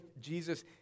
Jesus